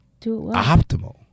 optimal